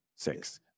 six